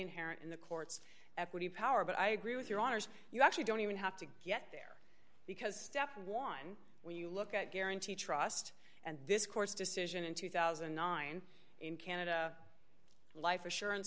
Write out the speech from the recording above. inherent in the court's equity power but i agree with your honor's you actually don't even have to get there because dept wine when you look at guarantee trust and this court's decision in two thousand and nine in canada life assurance